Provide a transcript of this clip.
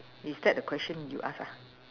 is that the question you ask ah